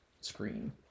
screen